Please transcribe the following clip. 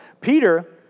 Peter